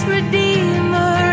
Redeemer